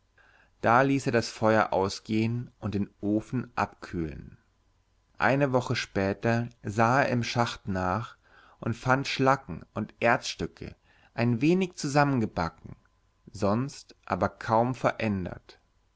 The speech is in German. da ließ er das feuer ausgehen und den ofen abkühlen eine woche später sah er im schacht nach und fand schlacken und erzstücke ein wenig zusammengebacken sonst aber kaum verändert